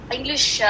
English